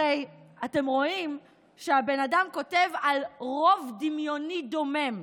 הרי אתם רואם שהבן אדם כותב על רוב דמיוני דומם,